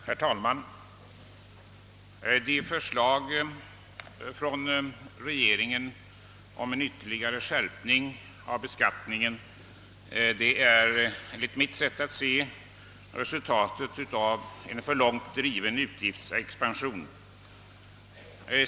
Herr talman! Dessa förslag från regeringen om en ytterligare skärpning av beskattningen är enligt mitt sätt att se resultatet av en för långt driven utgiftsexpansion.